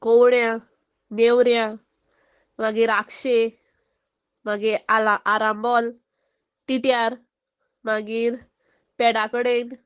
कोवळ्या नेवऱ्यां मागीर आक्षे मागीर आला आरबोल तिट्यार मागीर पेडा कडेन